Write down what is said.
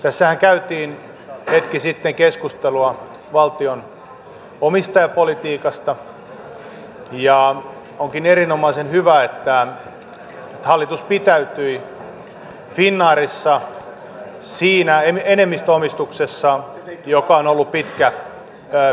tässähän käytiin hetki sitten keskustelua valtion omistajapolitiikasta ja onkin erinomaisen hyvä että hallitus pitäytyi finnairissa siinä enemmistöomistuksessa joka on ollut pitkä perinne